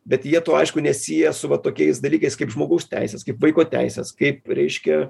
bet jie to aišku nesieja su va tokiais dalykais kaip žmogaus teises kaip vaiko teises kaip reiškia